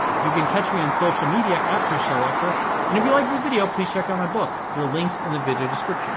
you can catch me on social media at preshtalwalker and if you liked the video, please check out my books there are links in the video description.